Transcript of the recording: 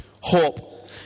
Hope